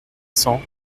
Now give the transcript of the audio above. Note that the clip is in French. cent